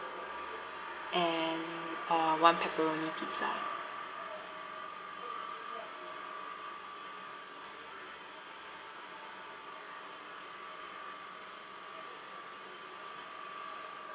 and uh one pepperoni pizza